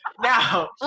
now